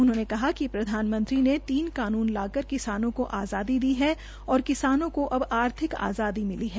उन्होंने कहा कि प्रधानमंत्री ने तीन कानून लाकर किसानों को आज़ादी दी है और किसानों को अब आर्थिक आज़ादी मिली है